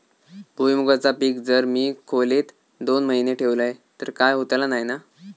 भुईमूगाचा पीक जर मी खोलेत दोन महिने ठेवलंय तर काय होतला नाय ना?